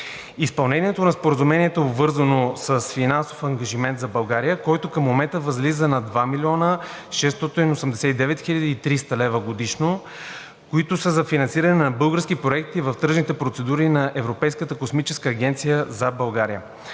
Изпълнението на Споразумението е обвързано с финансов ангажимент за България, който към момента възлиза на 2 689 300 лв. годишно, които са за финансиране на български проекти в тръжните процедури на Европейската космическа агенция за България.